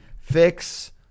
Fix